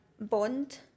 Bond